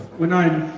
when i'm